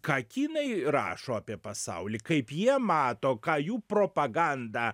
ką kinai rašo apie pasaulį kaip jie mato ką jų propaganda